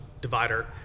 divider